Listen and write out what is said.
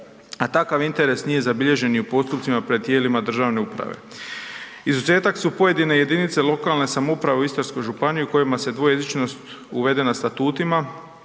a takav interes nije zabilježen ni u postupcima pred tijelima državne uprave. Izuzetak su pojedine jedinice lokalne samouprave u Istarskoj županiji u kojima je dvojezičnost uvedena statutima